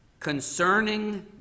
concerning